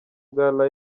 bwa